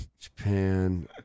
Japan